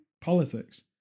politics